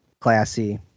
classy